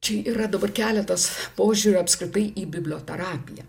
čia yra dabar keletas požiūrių apskritai į biblioterapiją